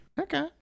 Okay